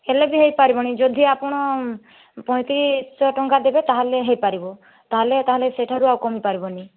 ହେଲେ ବି ହୋଇ ପାରିବନି ଯଦି ଆପଣ ପଞ୍ଚତିରିଶ ଶହ ଟଙ୍କା ଦେବେ ତା'ହେଲେ ହୋଇ ପାରିବ ତା'ହେଲେ ତା'ହେଲେ ସେଠାରୁ ଆଉ କମି ପାରିବନି